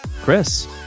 Chris